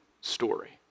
story